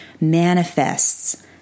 manifests